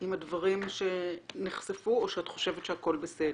עם הדברים שנחשפו או שאת חושבת שהכול בסדר?